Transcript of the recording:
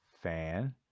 Fan